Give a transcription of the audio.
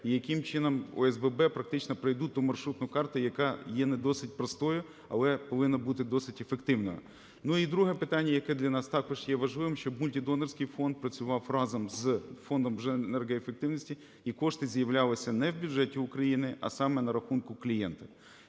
і яким чином ОСББ практично пройдуть ту маршрутну карту, яка є не досить простою, але повинна бути досить ефективною. Ну і друге питання, яке для нас також є важливим, щобМультидонорський фонд працював разом з Фондом енергоефективності і кошти з'являлися не в бюджеті України, а саме на рахунку клієнтів.